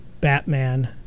Batman